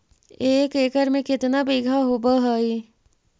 एक एकड़ में केतना बिघा होब हइ?